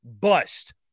bust